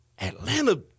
Atlanta